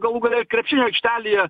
galų gale krepšinio aikštelėje